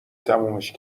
تمومش